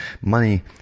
money